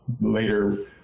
Later